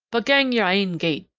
but gang your ain gait.